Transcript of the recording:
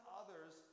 others